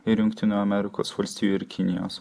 ir jungtinių amerikos valstijų ir kinijos